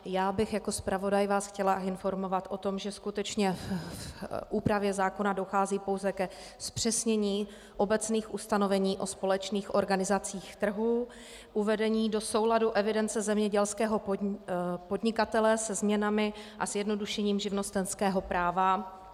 Já bych jako zpravodaj vás chtěla informovat o tom, že skutečně v úpravě zákona dochází pouze ke zpřesnění obecných ustanovení o společných organizacích trhu, uvedení do souladu evidence zemědělského podnikatele se změnami a zjednodušením živnostenského práva.